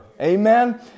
Amen